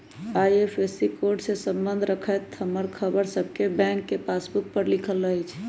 IFSC code से संबंध रखैत ख़बर हमर सभके बैंक के पासबुक पर लिखल रहै छइ